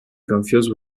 confused